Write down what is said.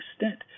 extent